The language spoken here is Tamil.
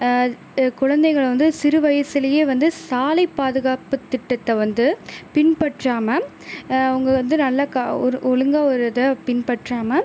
குழந்தைகள் வந்து சிறு வயசுலேயே வந்து சாலை பாதுகாப்பு திட்டத்தை வந்து பின்பற்றாமல் அவங்க வந்து நல்லா ஒரு ஒழுங்காக ஒரு இதை பின்பற்றாமல்